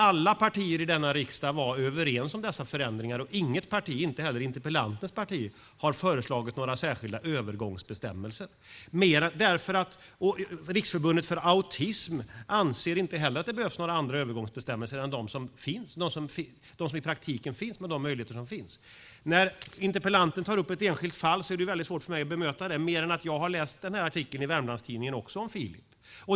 Alla partier i denna riksdag var överens om dessa förändringar och inget parti, inte heller interpellantens parti, har föreslagit några särskilda övergångsbestämmelser. Riksförbundet för autism anser inte heller att det behövs några andra övergångsbestämmelser än de som i praktiken finns med de möjligheter som finns. När interpellanten tar upp ett enskilt fall är det väldigt svårt för mig att bemöta det. Jag har också läst den här artikeln i Nya Wermlands-Tidningen om Filip.